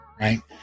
right